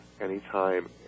anytime